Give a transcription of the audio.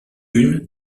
une